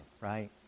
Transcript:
right